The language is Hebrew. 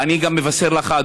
ואני גם מבשר לך,